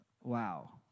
wow